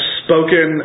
spoken